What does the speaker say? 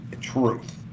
truth